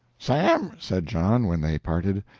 sam, said john, when they parted,